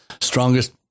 strongest